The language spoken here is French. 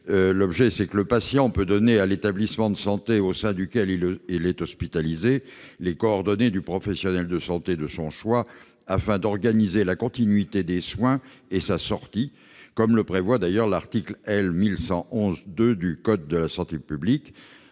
souhaitons que le patient puisse donner à l'établissement de santé au sein duquel il est hospitalisé les coordonnées du professionnel de santé de son choix, afin d'organiser la continuité des soins et sa sortie, comme le prévoit l'article L. 1111-2 du code de la santé publique.